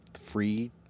Free